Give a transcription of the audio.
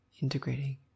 integrating